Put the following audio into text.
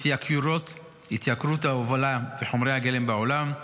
התייקרות ההובלה וחומרי הגלם בעולם,